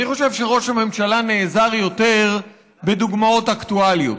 אני חושב שראש הממשלה נעזר יותר בדוגמאות אקטואליות.